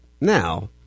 now